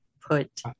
put